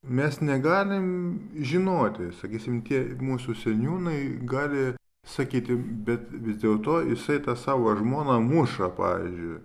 mes negalim žinoti sakysim tie mūsų seniūnai gali sakyti bet vis dėlto jisai tą savo žmoną muša pavyzdžiui